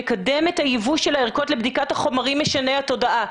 לקדם את היבוא של הערכות לבדיקת החומרים משני התודעה.